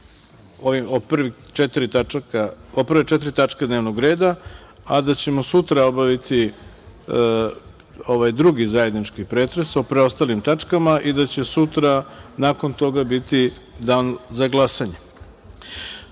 o prve četiri tačke dnevnog reda, a da ćemo sutra obaviti drugi zajednički pretres o preostalim tačkama i da će sutra, nakon toga, biti dan za glasanje. Dame